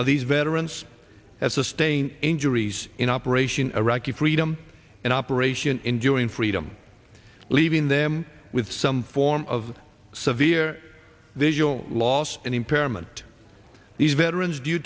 of these veterans as sustain injuries in operation iraqi freedom and operation enduring freedom leaving them with some form of severe visual loss and impairment these veterans due